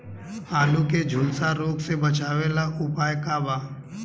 आलू के झुलसा रोग से बचाव ला का उपाय बा?